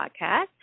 podcast